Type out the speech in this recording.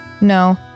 No